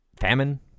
famine